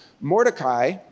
Mordecai